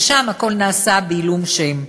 ששם הכול נעשה בעילום שם.